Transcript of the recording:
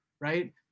right